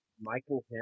Michael